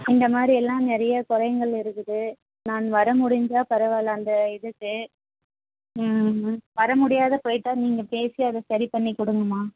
இந்த மாரியெல்லாம் நிறைய குறைங்கள் இருக்குது நான் வர முடிஞ்சால் பரவாயில்லை அந்த இதுக்கு ம் ம் வர முடியாத போயிட்டால் நீங்க பேசி அதை சரி பண்ணிக்கொடுங்கம்மா